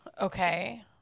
Okay